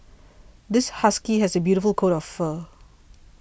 this husky has a beautiful coat of fur